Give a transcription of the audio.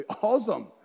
awesome